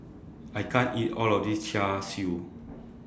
I can't eat All of This Char Siu